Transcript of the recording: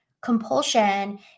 Compulsion